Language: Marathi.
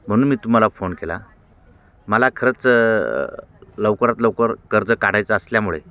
म्हणून मी तुम्हाला फोन केला मला खरंच लवकरात लवकर कर्ज काढायचं असल्यामुळे